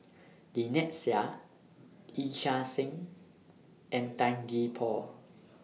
Lynnette Seah Yee Chia Hsing and Tan Gee Paw